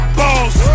balls